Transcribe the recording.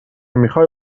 میخوای